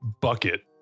bucket